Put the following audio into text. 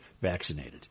vaccinated